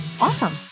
Awesome